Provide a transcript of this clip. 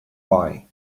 boy